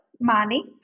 money